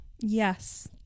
Yes